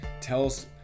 tells